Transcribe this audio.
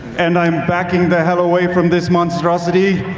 and i'm backing the hell away from this monstrosity.